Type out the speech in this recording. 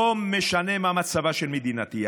לא משנה מה מצבה של מדינתי,